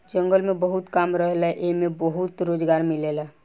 जंगल में बहुत काम रहेला एइमे बहुते रोजगार मिलेला